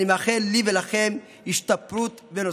אני מאחל לי ולכם השתפרות בנושא.